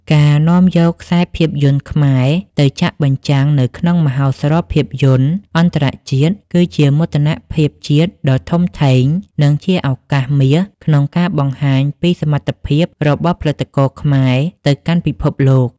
ការនាំយកខ្សែភាពយន្តខ្មែរទៅចាក់បញ្ចាំងនៅក្នុងមហោស្រពភាពយន្តអន្តរជាតិ គឺជាមោទនភាពជាតិដ៏ធំធេង និងជាឱកាសមាសក្នុងការបង្ហាញពីសមត្ថភាពរបស់ផលិតករខ្មែរទៅកាន់ពិភពលោក។